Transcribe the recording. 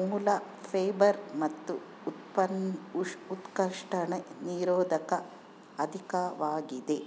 ಮೂಲ ಫೈಬರ್ ಮತ್ತು ಉತ್ಕರ್ಷಣ ನಿರೋಧಕ ಅಧಿಕವಾಗಿದೆ